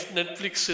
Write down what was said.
Netflix